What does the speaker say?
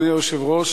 אדוני היושב-ראש,